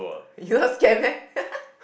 you not scare meh